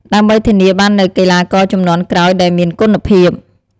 ដើម្បីធានាបាននូវកីឡាករជំនាន់ក្រោយដែលមានគុណភាព។